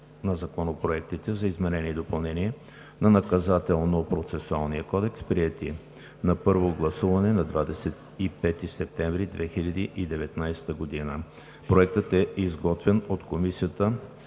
на законопроектите за изменение и допълнение на Наказателно-процесуалния кодекс, приети на първо гласуване на 25 септември 2019 г. Проектът е изготвен от Комисията